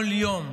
כל יום.